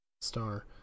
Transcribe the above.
Star